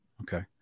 Okay